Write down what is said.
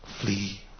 flee